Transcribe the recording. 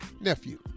nephew